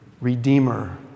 redeemer